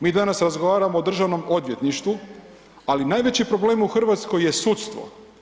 Mi danas razgovaramo o državnom odvjetništvu, ali najveći problem u Hrvatskoj je sudstvo.